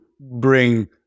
bring